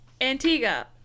Antigua